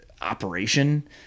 operation